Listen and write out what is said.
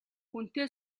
хүнтэй